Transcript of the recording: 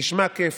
נשמע כיף,